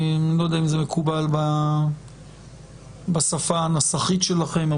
אני לא יודע אם זה מקובל בשפה הנסחית שלכם.